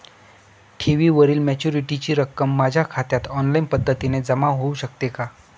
ठेवीवरील मॅच्युरिटीची रक्कम माझ्या खात्यात ऑनलाईन पद्धतीने जमा होऊ शकते का?